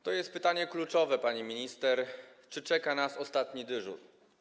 Stawiam pytanie kluczowe, pani minister: Czy czeka nas ostatni dyżur?